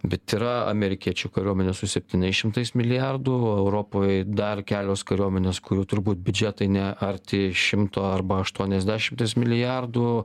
bet yra amerikiečių kariuomenė su septyniais šimtais milijardų europoj dar kelios kariuomenės kurių turbūt biudžetai ne arti šimto arba aštuoniasdešimties milijardų